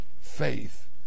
faith